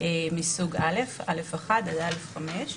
מסוג א א1 עד א5.